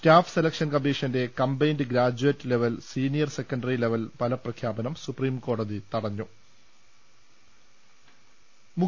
staff selection കമ്മീഷന്റെ combined graduate level senior secondary level ഫലപ്രഖ്യാപനം സുപ്രീംകോ ടതി സ്റ്റേ ചെയ്തു